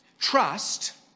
Trust